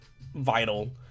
vital